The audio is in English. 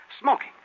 Smoking